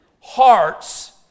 hearts